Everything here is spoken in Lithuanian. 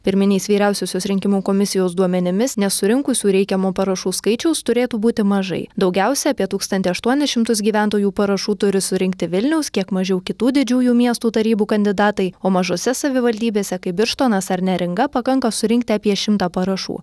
pirminiais vyriausiosios rinkimų komisijos duomenimis nesurinkusių reikiamo parašų skaičiaus turėtų būti mažai daugiausia apie tūkstantį aštuonis šimtus gyventojų parašų turi surinkti vilniaus kiek mažiau kitų didžiųjų miestų tarybų kandidatai o mažose savivaldybėse kaip birštonas ar neringa pakanka surinkti apie šimtą parašų